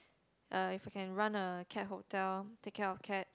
uh if I can run a cat hotel take care of cat